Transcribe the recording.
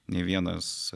nė vienas